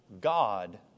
God